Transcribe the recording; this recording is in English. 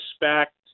respect